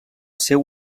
seu